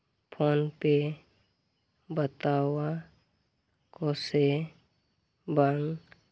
ᱯᱷᱳᱱᱯᱮ ᱵᱟᱛᱟᱣ ᱟᱠᱚᱥᱮ ᱵᱟᱝ